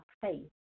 faith